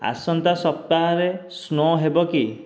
ଆସନ୍ତା ସପ୍ତାହରେ ସ୍ନୋ ହେବ କି